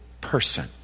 person